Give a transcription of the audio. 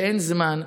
שאין זמן.